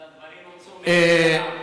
הדברים הוצאו מהקשרם.